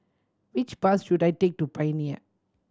which bus should I take to Pioneer